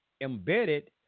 embedded